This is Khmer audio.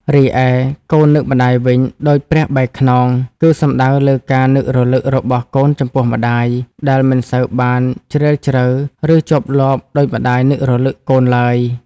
រីឯ "កូននឹកម្ដាយវិញដូចព្រះបែរខ្នង" គឺសំដៅលើការនឹករលឹករបស់កូនចំពោះម្ដាយ ដែលមិនសូវបានជ្រាលជ្រៅ ឬជាប់លាប់ដូចម្ដាយនឹករលឹកកូនឡើយ។